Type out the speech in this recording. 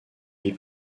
vie